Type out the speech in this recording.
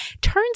Turns